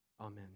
Amen